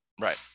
Right